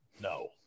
no